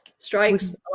Strikes